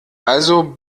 also